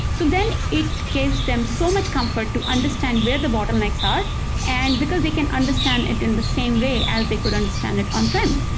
so then it gives them so much comfort to understand where the bottlenecks are and because they can understand it in the same way as they could understand it on-prem.